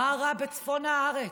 מה רע בצפון הארץ?